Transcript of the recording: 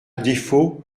défaut